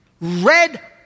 red